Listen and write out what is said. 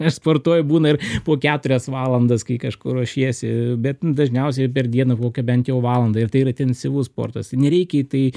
nesportuoju būna ir po keturias valandas kai kažkur ruošiesi bet dažniausiai per dieną kokią bent jau valandą ir tai yra intensyvus sportas nereikia į tai